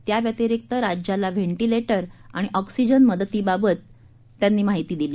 त्या व्यतिरिक्त राज्याला व्हेंटिलेटर आणि ऑक्सिजन मदतीबाबात त्यांनी माहिती दिली